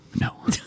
no